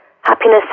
Happiness